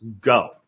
go